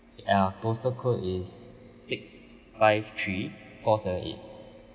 ya postal code is six five three four seven eight